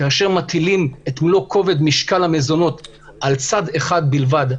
כאשר מטילים את מלוא כובד משקל המזונות על צד אחד בלבד,